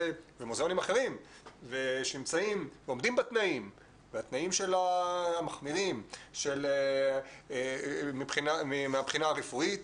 ומוזיאונים אחרים שעומדים בתנאים המחמירים מהבחינה הרפואית.